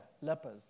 lepers